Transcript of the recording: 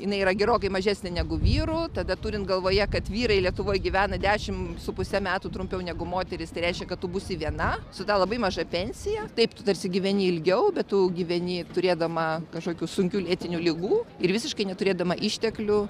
jinai yra gerokai mažesnė negu vyrų tada turint galvoje kad vyrai lietuvoje gyvena dešimt su puse metų trumpiau negu moterys tai reiškia kad tu būsi viena su ta labai maža pensija taip tarsi gyveni ilgiau bet tu gyveni turėdama kažkokių sunkių lėtinių ligų ir visiškai neturėdama išteklių